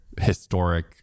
historic